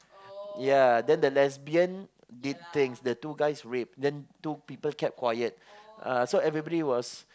yeah then the lesbian did things the two guys rape then two people kept quiet so everybody was